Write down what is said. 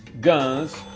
guns